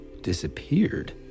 disappeared